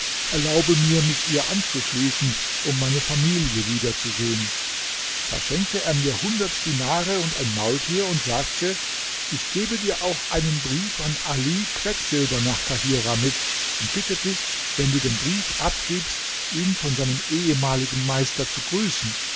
erlaube mir mich ihr anzuschließen um meine familie wiederzusehen da schenkte er mir hundert dinare und ein maultier und sagte ich gebe dir auch einen brief an ali quecksilber nach kahirah mit und bitte dich wenn du den brief abgibst ihn von seinem ehemaligen meister zu grüßen